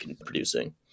producing